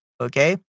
Okay